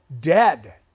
dead